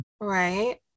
Right